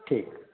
ठीक है